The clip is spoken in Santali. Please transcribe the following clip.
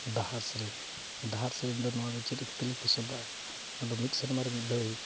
ᱰᱟᱦᱟᱨ ᱥᱮᱨᱮᱧ ᱰᱟᱦᱟᱨ ᱥᱮᱨᱮᱧ ᱫᱚ ᱱᱚᱣᱟ ᱫᱚ ᱪᱮᱫ ᱠᱷᱟᱹᱛᱤᱨ ᱞᱤᱧ ᱯᱚᱥᱚᱱᱫᱟᱜᱼᱟ ᱱᱚᱣᱟᱫᱚ ᱢᱤᱫ ᱥᱮᱨᱢᱟ ᱨᱮ ᱢᱤᱫ ᱫᱷᱟᱹᱣ